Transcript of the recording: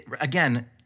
Again